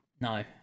No